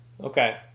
Okay